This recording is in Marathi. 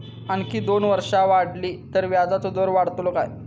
आणखी दोन वर्षा वाढली तर व्याजाचो दर वाढतलो काय?